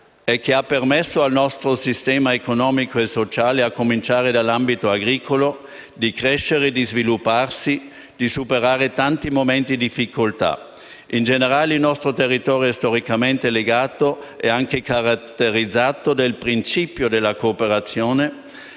e che ha permesso al nostro sistema economico e sociale, a cominciare dall'ambito agricolo, di crescere, di svilupparsi e di superare tanti momenti di difficoltà. In generale, il nostro territorio è storicamente legato e anche caratterizzato dal principio della cooperazione